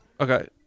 okay